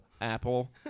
Apple